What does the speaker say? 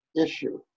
issue